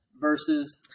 versus